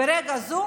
ברגע זה,